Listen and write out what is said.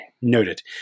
Noted